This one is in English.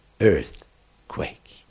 earthquake